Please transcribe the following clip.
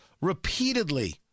repeatedly